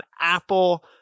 Apple